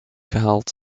gehaald